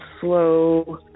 slow